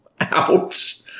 Ouch